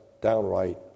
downright